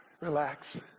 relax